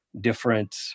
different